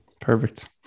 perfect